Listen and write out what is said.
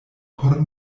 por